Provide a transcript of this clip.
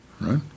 right